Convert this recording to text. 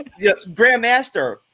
Grandmaster